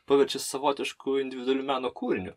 paverčia savotišku individualiu meno kūriniu